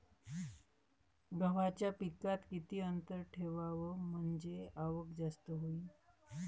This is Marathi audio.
गव्हाच्या पिकात किती अंतर ठेवाव म्हनजे आवक जास्त होईन?